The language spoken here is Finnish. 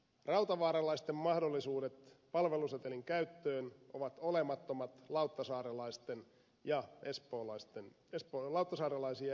rautavaaralaisten mahdollisuudet palvelusetelin käyttöön ovat olemattomat lauttasaarelaisiin ja espoolaisiin verrattuna